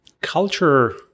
culture